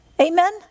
Amen